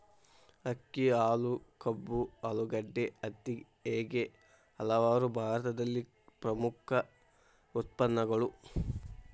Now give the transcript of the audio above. ಅಕ್ಕಿ, ಹಾಲು, ಕಬ್ಬು, ಆಲೂಗಡ್ಡೆ, ಹತ್ತಿ ಹೇಗೆ ಹಲವಾರು ಭಾರತದಲ್ಲಿ ಪ್ರಮುಖ ಉತ್ಪನ್ನಗಳು